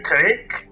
take